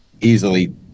Easily